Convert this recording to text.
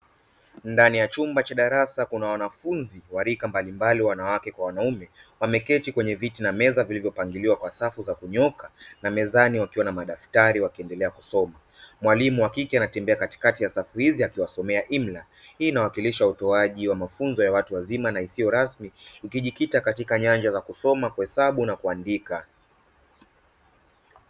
Ndani ya chumba cha darasa kuna wanafunzi wa rika mbalimbali wanawake kwa wanaume wameketi kwenye viti na meza vilivyopangiliwa kwa safu za kunyooka, na mezani wakiwa na madaftari wakiendelea kusoma. Mwalimu wa kike anatembea katikati ya safu hizo akiwasomea imla, hii inawakilisha utoaji wa mafunzo ya watu wazima na isiyo rasmi ikijikita katika nyanja za kusoma, kuhesabu na kuandika.